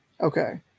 Okay